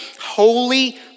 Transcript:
holy